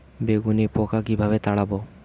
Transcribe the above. বেগুনের পোকা কিভাবে তাড়াব?